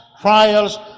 trials